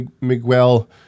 Miguel